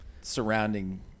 surrounding